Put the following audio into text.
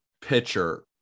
pitcher